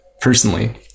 personally